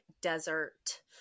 desert